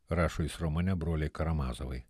rašo jis romane broliai karamazovai